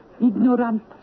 Ignorant